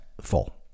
full